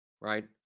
right